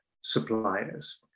suppliers